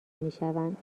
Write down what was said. میشوند